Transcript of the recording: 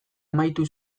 amaitu